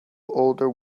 older